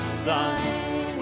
sun